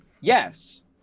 Yes